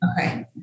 Okay